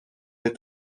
les